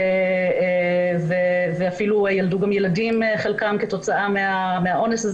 וחלקן גם ילדו ילדים כתוצאה מהאונס,